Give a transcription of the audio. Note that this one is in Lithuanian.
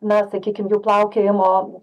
na sakykim jų plaukiojimo